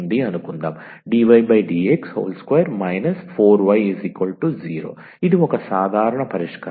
dydx2 4y0 ఇది ఒక సాధారణ పరిష్కారం